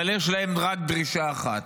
אבל יש להם רק דרישה אחת: